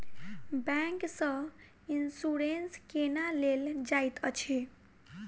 bank सँ insurance केना लेल जाइत अछि